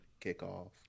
kickoff